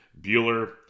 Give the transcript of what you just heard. Bueller